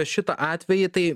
šitą atvejį tai